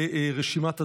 לרשימת הדוברים.